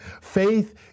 Faith